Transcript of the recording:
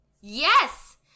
Yes